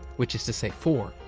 which is to say four,